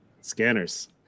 Scanners